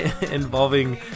involving